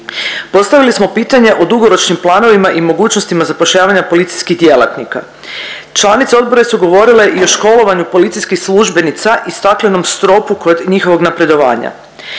Postavili smo pitanje o dugoročnim planovima i mogućnostima zapošljavanja policijskih djelatnika. Članice odbora su govorile i o školovanju policijskih službenica i staklenom stropu kod njihovog napredovanja.